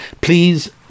Please